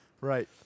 Right